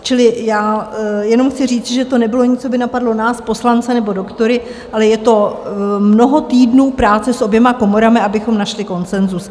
Čili já jenom chci říct, že to nebylo nic, co by napadlo nás, poslance nebo doktory, ale je to mnoho týdnů práce s oběma komorami, abychom našli konsenzus.